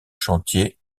chantier